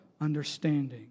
understanding